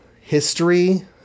history